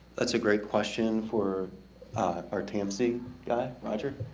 that's a great question for our tansy guy roger